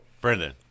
Brendan